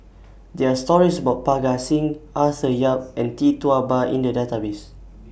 There Are stories about Parga Singh Arthur Yap and Tee Tua Ba in The Database